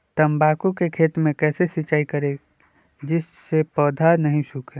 तम्बाकू के खेत मे कैसे सिंचाई करें जिस से पौधा नहीं सूखे?